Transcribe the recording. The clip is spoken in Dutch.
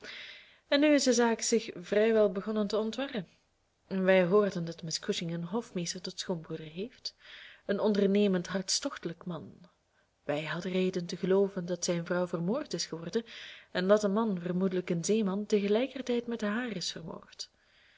en nu is de zaak zich vrijwel begonnen te ontwarren wij hoorden dat miss cushing een hofmeester tot schoonbroeder heeft een ondernemend hartstochtelijk man wij hadden reden te gelooven dat zijn vrouw vermoord is geworden en dat een man vermoedelijk een zeeman tegelijkertijd met haar is